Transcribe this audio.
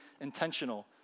intentional